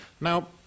Now